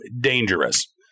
dangerous